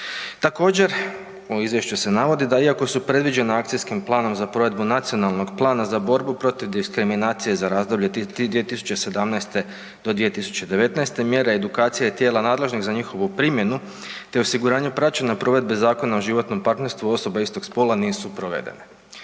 Također u izvješću se navodi da iako su predviđena Akcijskim planom za provedbu nacionalnog plana za borbu protiv diskriminacije za razdoblje 2017.-2019. mjera i edukacija tijela nadležnih za njihovu primjenu te osiguranje praćenja provedbe Zakona o životnom partnerstvu osoba istog spola nisu provedene.